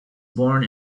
born